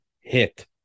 hit